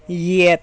ꯌꯦꯠ